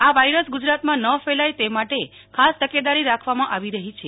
આ વાઈરસ ગુજરાતમાં ન ફેલાઈ તે માટે ખાસ તકેદારી રાખવામાં આવી રહી છે